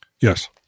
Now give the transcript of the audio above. Yes